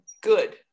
good